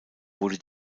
wurde